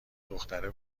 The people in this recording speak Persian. دختره